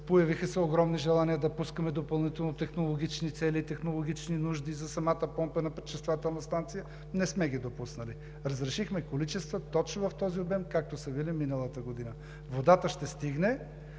Появиха се огромни желания да пускаме допълнително технологични цели и технологични нужди за самата Помпена пречиствателна станция. Не сме ги допуснали. Разрешихме количества точно в този обем, както са били миналата година. Водата ще стигне,